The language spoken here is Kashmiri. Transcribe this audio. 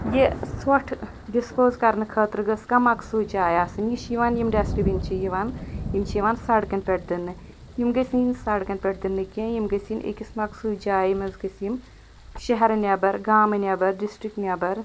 یہِ ژھۄٹھ ڈِسپوز کَرنہٕ خٲطرٕ گٔژھ کانٛہہ مَخصوص جاے آسٕنۍ یہِ چھ یوان یِم ڈسٹہٕ بیٖن چھِ یِوان یم چھِ یِوان سَڑکَن پٮ۪ٹھ دٕننہِ یم گٔژھ نہٕ یِنۍ سَڑکَن پٮ۪ٹھ دٕننہٕ کیٚنٛہہ یم گٔژھ یِنۍ أکِس مَخصوص جایہِ مَنٛز گٔژھ یِم شَہرٕ نیٚبَر گامہٕ نیٚبَر ڈِسٹِرٛک نیٚبَر